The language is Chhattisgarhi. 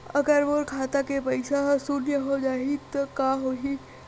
अगर मोर खाता के पईसा ह शून्य हो जाही त का होही?